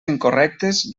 incorrectes